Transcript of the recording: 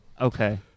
okay